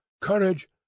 courage